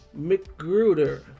McGruder